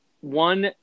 one